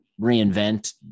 reinvent